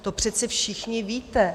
To přece všichni víte.